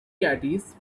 caddies